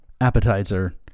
appetizer